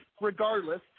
regardless